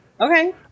Okay